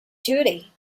today